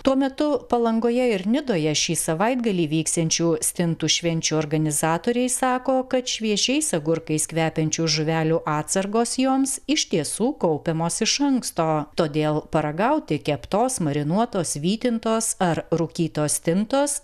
tuo metu palangoje ir nidoje šį savaitgalį vyksiančių stintų švenčių organizatoriai sako kad šviežiais agurkais kvepiančių žuvelių atsargos joms iš tiesų kaupiamos iš anksto todėl paragauti keptos marinuotos vytintos ar rūkytos stintos